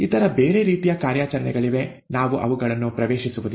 ಇತರ ಬೇರೆ ರೀತಿಯ ಕಾರ್ಯಾಚರಣೆಗಳಿವೆ ನಾವು ಅವುಗಳನ್ನು ಪ್ರವೇಶಿಸುವುದಿಲ್ಲ